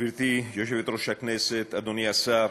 גברתי סגנית יושב-ראש הכנסת, אדוני השר,